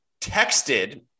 texted